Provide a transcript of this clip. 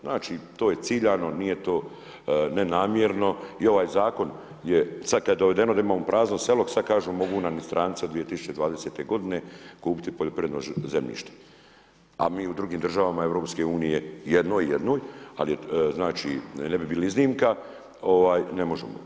Znači to je ciljano, nije to nenamjerno i ovaj zakon je, sad kad je dovedeno da imamo prazno selo sad kažu mogu nam i stranci 2022. godine kupiti poljoprivredno zemljište, a mi u drugim državama Europske unije jedno jednoj, ali je znači, ne bi bili iznimka ne možemo.